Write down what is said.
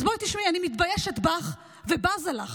אז בואי תשמעי, אני מתביישת בך ובזה לך.